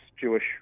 Jewish